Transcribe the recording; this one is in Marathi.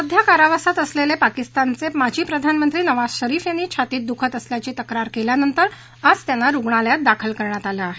सध्या कारावासात असलेले पाकीस्तानचे माजी प्रधानमंत्री नवाज शरीफ यांनी छातीत दुखत असल्याची तक्रार केल्यानंतर आज त्यांना रुग्णालयात दाखल करण्यात आलं आहे